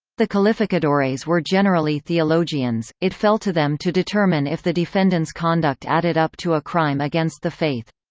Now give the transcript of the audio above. the calificadores were generally theologians it fell to them to determine if the defendant's conduct added up to a crime against the faith.